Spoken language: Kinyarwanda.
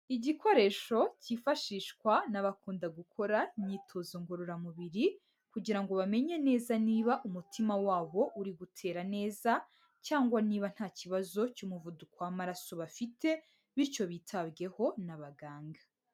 Igikoresho cyifashishwa n'abakunda gukora imyitozo ngororamubiri, kugira ngo bamenye neza niba umutima wabo uri gutera neza cyangwa niba nta kibazo cy'umuvuduko w'amaraso bafite bityo bitabweho n'abaganga.